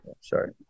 Sorry